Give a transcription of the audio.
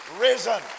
risen